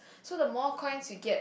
so the more coins you get